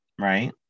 right